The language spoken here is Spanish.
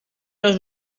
los